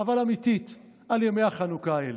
אבל אמיתית על ימי החנוכה האלה.